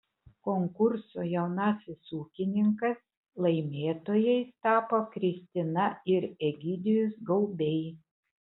konkurso jaunasis ūkininkas laimėtojais tapo kristina ir egidijus gaubiai